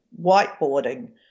whiteboarding